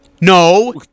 No